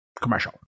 Commercial